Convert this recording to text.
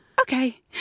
okay